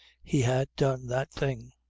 he had done that thing.